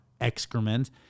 excrement